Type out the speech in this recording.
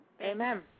Amen